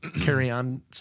carry-on